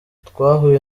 twahuye